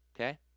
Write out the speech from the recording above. Okay